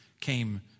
came